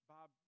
Bob